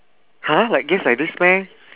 !huh! like guess like this meh